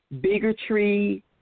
bigotry